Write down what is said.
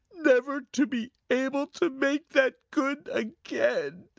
never to be able to make that good again!